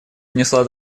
внесла